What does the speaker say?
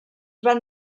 van